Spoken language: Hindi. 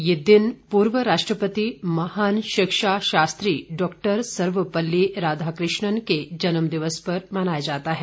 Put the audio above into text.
यह दिन पूर्व राष्ट्रपति महान शिक्षा शास्त्री डॉक्टर सर्वपल्ली राधाकृष्णन के जन्म दिवस पर मनाया जाता है